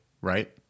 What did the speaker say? right